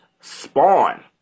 Spawn